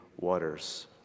waters